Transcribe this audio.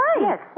Yes